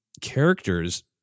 characters